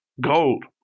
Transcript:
gold